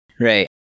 Right